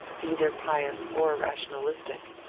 either pious or rationalistic.